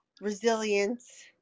resilience